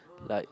like